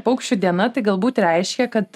paukščių diena tai galbūt reiškia kad